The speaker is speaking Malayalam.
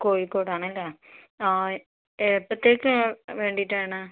കോഴിക്കോടാണ് അല്ലേ ആ എപ്പോഴത്തേക്ക് വേണ്ടിയിട്ടാണ്